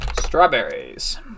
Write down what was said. strawberries